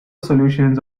solutions